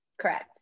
correct